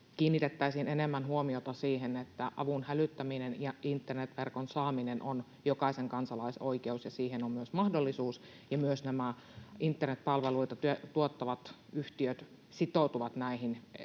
kiinnitettäisiin enemmän huomiota siihen, että avun hälyttäminen ja internetverkon saaminen on jokaisen kansalaisoikeus ja että siihen on myös mahdollisuus ja että myös nämä internetpalveluita tuottavat yhtiöt sitoutuvat näihin, eikä niin,